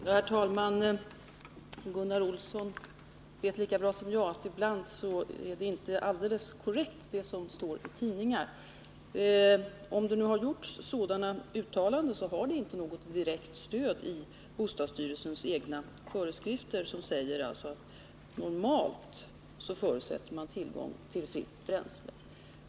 Herr talman! Gunnar Olsson vet lika bra som jag att det som står i tidningar inte alltid är korrekt. Om det har gjorts sådana uttalanden som han hänvisar till, har de inte något direkt stöd i bostadsstyrelsens egna föreskrifter, som säger att man normalt förutsätter tillgång till fritt bränsle.